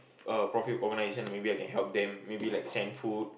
uh profit organization maybe I can help them maybe like send food